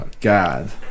God